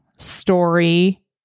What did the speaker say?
story